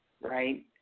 Right